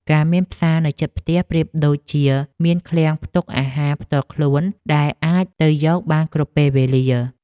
ការមានផ្សារនៅជិតផ្ទះប្រៀបដូចជាមានឃ្លាំងផ្ទុកអាហារផ្ទាល់ខ្លួនដែលអាចទៅយកបានគ្រប់ពេលវេលា។